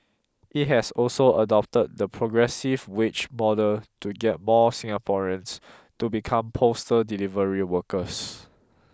it has also adopted the progressive wage model to get more Singaporeans to become postal delivery workers